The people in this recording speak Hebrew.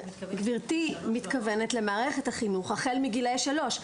גברתי מתכוונת למערכת החינוך החל מגילאי שלוש.